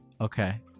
Okay